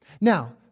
Now